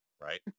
right